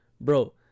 Bro